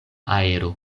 aero